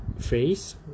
phrase